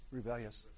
rebellious